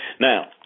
Now